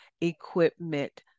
equipment